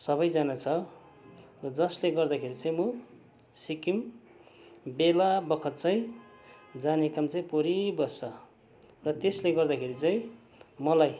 सबैजना छ र जसले गर्दाखेरि चाहिँ म सिक्किम बेलाबखत चाहिँ जाने काम चाहिँ परिबस्छ र त्यसले गर्दाखेरि चाहिँ मलाई